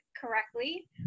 correctly